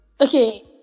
Okay